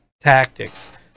tactics